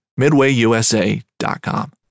MidwayUSA.com